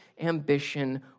ambition